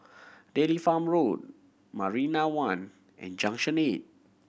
Dairy Farm Road Marina One and Junction Eight